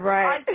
Right